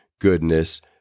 goodness